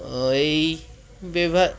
ଓ ଏଇ ବ୍ୟବହାର